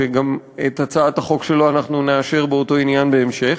שגם את הצעת החוק שלו באותו עניין אנחנו נאשר בהמשך.